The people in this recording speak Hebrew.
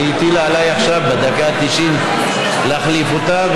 והיא הטילה עליי בדקה ה-90 להחליף אותה.